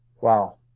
Wow